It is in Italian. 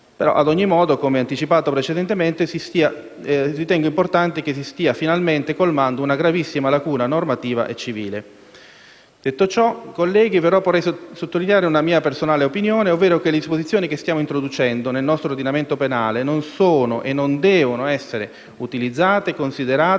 Ad ogni modo, come anticipato precedentemente, ritengo importante si stia finalmente colmando una gravissima lacuna normativa e civile. Ciò detto, colleghi, vorrei però sottolineare una mia personale opinione ovvero che le disposizioni che stiamo introducendo nel nostro ordinamento penale non sono e non devono essere utilizzate in